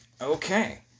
Okay